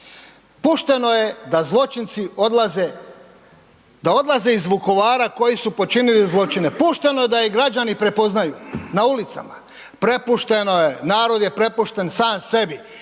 Pušteno je da zločinci odlaze, da odlaze iz Vukovara koji su počinili zločine, pušteno je da ih građani prepoznaju na ulicama, prepušteno je,